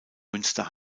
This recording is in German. münster